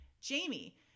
Jamie